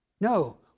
No